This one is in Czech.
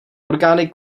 orgány